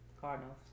Cardinals